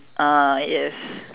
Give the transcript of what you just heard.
ah yes